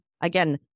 again